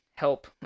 help